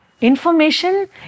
Information